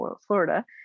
Florida